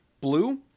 blue